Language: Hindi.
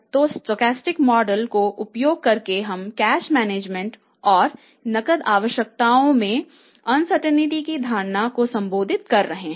तो स्टोकेस्टिक मॉडल का उपयोग करके हम नकद संतुलन और नकद आवश्यकताओं में अनसर्टेंटीज़ के धारणा को संबोधित कर रहे हैं